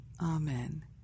amen